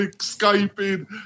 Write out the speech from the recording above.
escaping